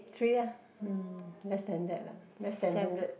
three ah mm less than that lah less than hundred